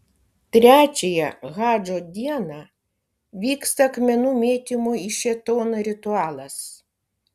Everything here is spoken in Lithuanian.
trečiąją hadžo dieną vyksta akmenų mėtymo į šėtoną ritualas